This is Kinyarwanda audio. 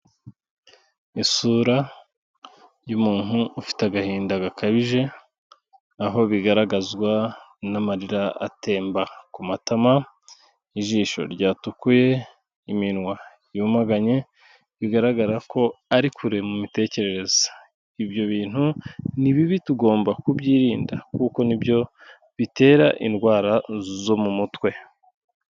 Isura y'umuntu ufite agahinda gakabije aho bigaragazwa n'amarira atemba ku matama, ijisho ryatukuye iminwa yumaganye, bigaragara ko ari kure mu mitekerereze. Ibyo bintu ni bibi tugomba kubyirinda kuko ni byo bitera indwara zo mu mutwe.